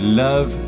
love